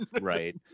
Right